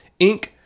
Inc